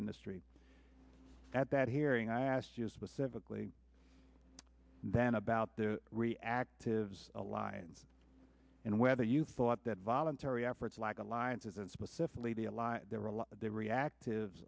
industry at that hearing i asked you specifically then about the reactive alliance and whether you thought that voluntary efforts like alliances and specifically the ally they reactive